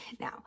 Now